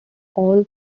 all